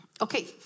Okay